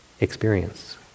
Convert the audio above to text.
experience